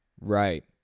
Right